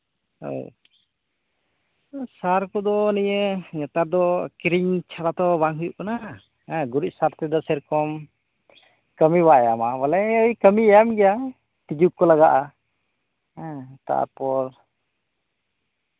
ᱚ ᱥᱟᱨ ᱠᱚᱫᱚ ᱱᱤᱭᱟᱹ ᱱᱮᱛᱟᱨ ᱫᱚ ᱠᱤᱨᱤᱧ ᱪᱷᱟᱲᱟ ᱛᱚ ᱵᱟᱝ ᱦᱩᱭᱩᱜ ᱠᱟᱱᱟ ᱦᱮᱸ ᱜᱩᱨᱤᱡ ᱥᱟᱨ ᱛᱮᱫᱚ ᱥᱮ ᱨᱚᱠᱚᱢ ᱠᱟᱹᱢᱤ ᱵᱟᱭ ᱮᱢᱟ ᱵᱚᱞᱮ ᱦᱮᱸ ᱠᱟᱹᱢᱤᱭ ᱮᱢ ᱜᱮᱭᱟ ᱛᱤᱡᱩ ᱠᱚᱠᱚ ᱞᱟᱜᱟᱜᱼᱟ ᱦᱮᱸ ᱛᱟᱯᱚᱨ